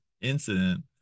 incident